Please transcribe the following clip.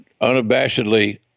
unabashedly